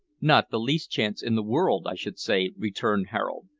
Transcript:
not the least chance in the world, i should say, returned harold.